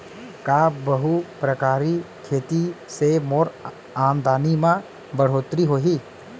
का बहुप्रकारिय खेती से मोर आमदनी म बढ़होत्तरी होही?